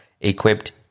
equipped